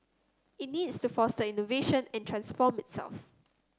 it needs to foster innovation and transform itself